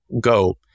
go